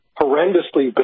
horrendously